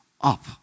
up